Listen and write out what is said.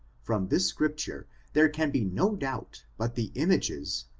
from this scripture there can be no doubt but the images,